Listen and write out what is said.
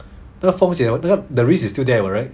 那个风险 hor 那个 the risk is still there alright